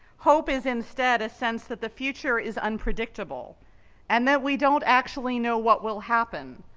hope is instead a sense that the future is unpredictable and that we don't actually know what will happen,